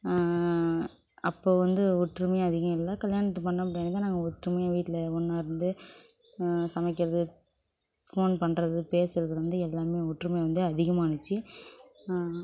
அப்போ வந்து ஒற்றுமை அதிகம் இல்லை கல்யாணத்த பண்ண பின்னாடி தான் நாங்கள் ஒற்றுமையாக வீட்ல ஒன்னாக இருந்து சமைக்கிறது ஃபோன் பண்ணுறது பேசுறதில் இருந்து எல்லாமே ஒற்றுமை வந்து அதிகமானுச்சு